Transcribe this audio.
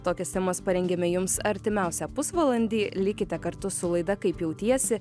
tokias temas parengėme jums artimiausią pusvalandį likite kartu su laida kaip jautiesi